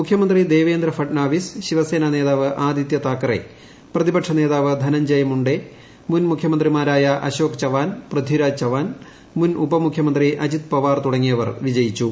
മുഖ്യമന്ത്രി ദേവേന്ദ്ര ഷ്ട്രൂഡ്നാവിസ് ശിവസേന നേതാവ് ആദിത്യ താക്കറെ പ്രതിപക്ഷ നേതാവ് ധനഞ്ജയ് മുണ്ടെ മുൻ മുഖ്യമന്ത്രിമാരായ അശോക് ചവാൻ പൃഥിരാജ് ചവാൻ മുൻ ഉപമുഖ്യമന്ത്രി അജിത് പവാർ തുടങ്ങിയവർ വിജയിച്ചു